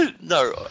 no